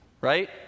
Right